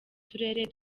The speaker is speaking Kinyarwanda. turere